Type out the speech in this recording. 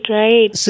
right